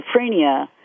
schizophrenia